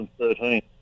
2013